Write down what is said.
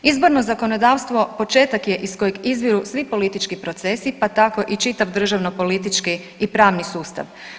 Izborno zakonodavstvo početak je iz kojeg izviru svi politički procesi, pa tako i čitav državno politički i pravni sustav.